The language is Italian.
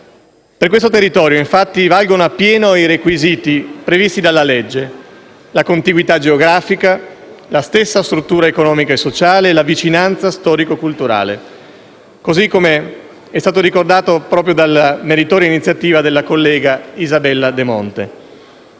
Per questo territorio, infatti, valgono appieno i requisiti previsti dalla legge: la contiguità geografica, la stessa struttura economica e sociale, la vicinanza storico-culturale, così come è stato ricordato proprio dalla meritoria iniziativa della collega Isabella De Monte.